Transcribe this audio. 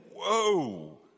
whoa